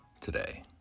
today